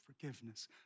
forgiveness